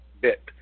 bit